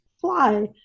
fly